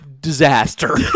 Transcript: disaster